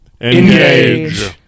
Engage